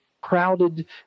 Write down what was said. crowded